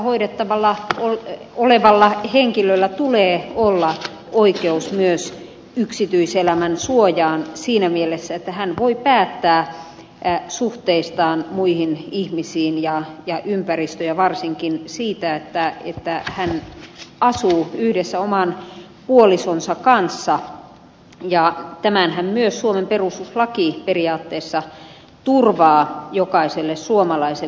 laitoksessa hoidettavana olevalla henkilöllä tulee olla oikeus myös yksityiselämän suojaan siinä mielessä että hän voi päättää suhteistaan muihin ihmisiin ja ympäristöön ja varsinkin siitä että hän asuu yhdessä oman puolisonsa kanssa ja tämänhän myös suomen perustuslaki periaatteessa turvaa jokaiselle suomalaiselle